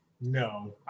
no